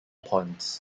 ponds